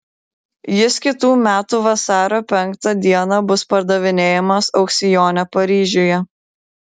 jis kitų metų vasario penktą dieną bus pardavinėjamas aukcione paryžiuje